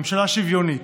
ממשלה שוויונית.